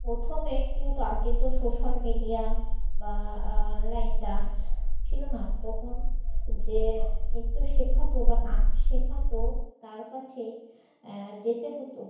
প্রথমে কী হতো আগে তো সোশ্যাল মিডিয়া বা অনলাইন ডান্স ছিল না তখন যে নৃত্য শেখাত বা নাচ শেখাত তার কাছেই যেতে হতো